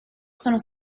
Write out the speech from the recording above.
sono